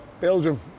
Belgium